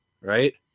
right